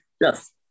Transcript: Yes